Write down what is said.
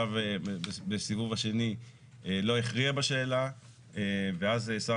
בסיבוב השני לא הכריעה בשאלה ואז שר